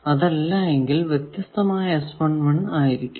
അതല്ല എങ്കിൽ വ്യത്യസ്തമായ ആയിരിക്കും